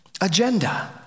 agenda